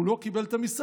הוא לא קיבל את המשרד,